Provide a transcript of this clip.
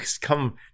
come